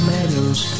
Meadows